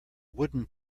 wooden